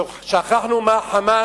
שכחנו מה ה"חמאס"